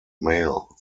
male